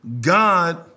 God